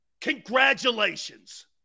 Congratulations